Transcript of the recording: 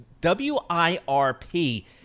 WIRP